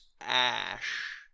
ash